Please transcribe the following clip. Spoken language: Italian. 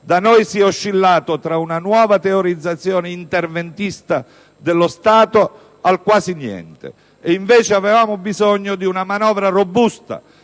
Da noi, si è oscillato tra una nuova teorizzazione interventista dello Stato al quasi niente. E invece avevamo bisogno di una manovra robusta